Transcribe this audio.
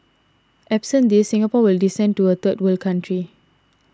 absent these Singapore will descend to a third world country